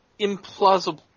implausible